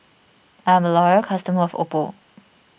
I'm a loyal customer of Oppo